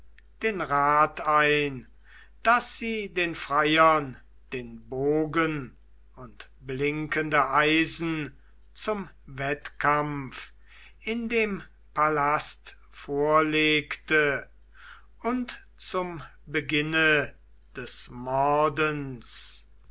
den rat ein daß sie den freiern den bogen und blinkende eisen zum wettkampf in dem palast vorlegte und zum beginne des mordens